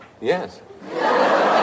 yes